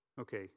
Okay